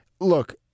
Look